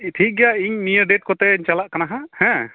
ᱴᱷᱤᱠ ᱜᱮᱭᱟ ᱤᱧ ᱱᱤᱭᱟᱹ ᱰᱮᱹᱴ ᱠᱚᱛᱮᱧ ᱪᱟᱞᱟᱜ ᱠᱟᱱᱟ ᱦᱟᱸᱜ ᱦᱮᱸ